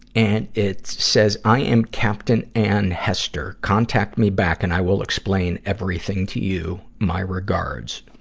and it says, i am captain ann hester. contact me back, and i will explain everything to you. my regards.